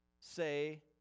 say